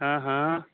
ਹਾਂ ਹਾਂ